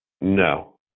No